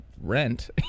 rent